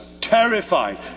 terrified